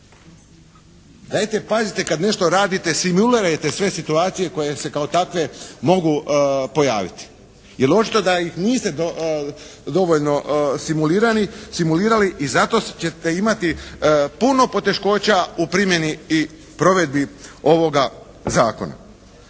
Dajte pazite kad nešto radite simulirajte sve situacije koje se kao takve mogu pojaviti, jer očito da ih niste dovoljno simulirali i zato ćete imati puno poteškoća u primjeni i provedbi ovoga Zakona.